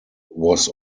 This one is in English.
was